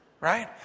right